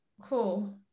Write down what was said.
cool